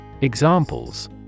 Examples